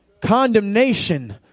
Condemnation